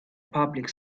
public